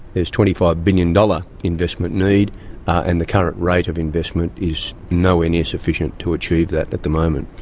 there's twenty five billion dollars investment need and the current rate of investment is nowhere near sufficient to achieve that at the moment.